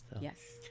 Yes